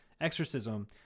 exorcism